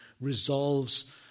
resolves